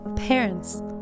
Parents